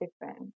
different